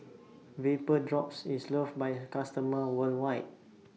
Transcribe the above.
Vapodrops IS loved By customers worldwide